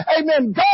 Amen